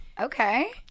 Okay